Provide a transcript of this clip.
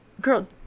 girl